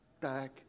back